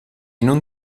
non